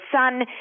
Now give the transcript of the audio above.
son